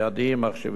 במחשבים ובציוד חשמלי.